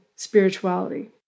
spirituality